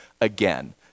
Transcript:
again